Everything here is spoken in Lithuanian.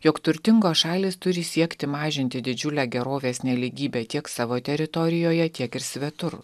jog turtingos šalys turi siekti mažinti didžiulę gerovės nelygybę tiek savo teritorijoje tiek ir svetur